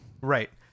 Right